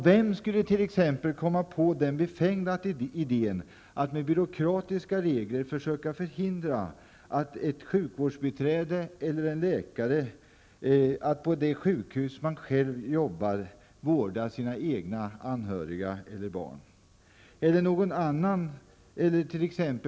Vem skulle t.ex. komma på den befängda idén att med byråkratiska regler försöka förhindra ett sjukvårdsbiträde eller en läkare att vårda sina egna anhöriga eller barn på det sjukhus där man själv arbetar.